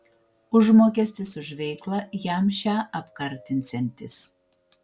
užmokestis už veiklą jam šią apkartinsiantis